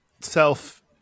self